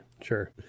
Sure